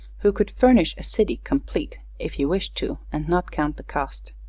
who could furnish a city complete, if he wished to, and not count the cost.